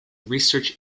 research